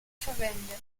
verwendet